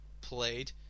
played